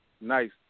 nice